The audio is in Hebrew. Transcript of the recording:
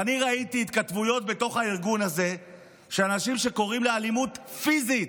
ואני ראיתי התכתבויות בתוך הארגון הזה של אנשים שקוראים לאלימות פיזית.